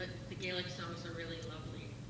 ah the gaelic songs are really lovely,